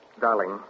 Darling